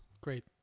Great